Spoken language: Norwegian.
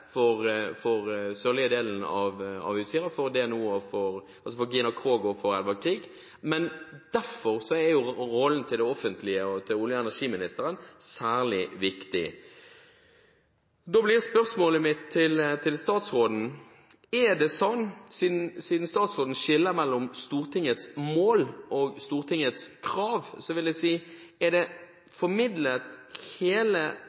for den sørlige delen av Utsira, for Gina Krog og for Edvard Grieg. Men derfor er jo rollen til det offentlige og til olje- og energiministeren særlig viktig. Da blir spørsmålet mitt til statsråden: Siden statsråden skiller mellom Stortingets mål og Stortingets krav, kan statsråden forsikre Stortinget om at det hele tiden er blitt kommunisert et klart mål fra departementets side om at Johan Sverdrup skal fullelektrifiseres, og at hele